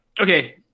okay